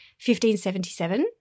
1577